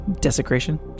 Desecration